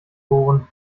bohren